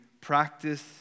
Practice